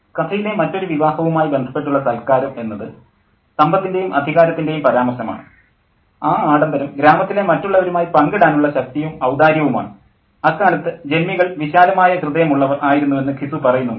professor കഥയിലെ മറ്റൊരു വിവാഹവുമായി ബന്ധപ്പെട്ടുള്ള സത്കാരം എന്നത് സമ്പത്തിൻ്റെയും അധികാരത്തിൻ്റെയും പരാമർശമാണ് ആ ആഡംബരം ഗ്രാമത്തിലെ മറ്റുള്ളവരുമായി പങ്കിടാനുള്ള ശക്തിയും ഔദാര്യവുമാണ് അക്കാലത്ത് ജന്മികൾ വിശാലമായ ഹൃദയമുള്ളവർ ആയിരുന്നുവെന്ന് ഘിസു പറയുന്നുണ്ട്